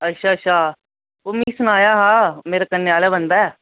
अच्छा अच्छा ओह् मिगी सनाया हा मेरे कन्ने आह्ला बंदा